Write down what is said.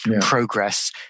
progress